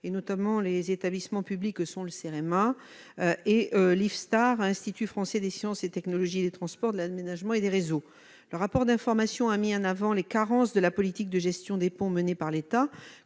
notamment par les établissements publics que sont le Cérema et l'Ifsttar, l'Institut français des sciences et technologies des transports, de l'aménagement et des réseaux. Le rapport d'information a mis en avant les carences de la politique de gestion des ponts menée par l'État,